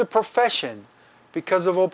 the profession because of all